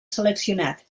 seleccionat